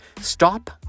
Stop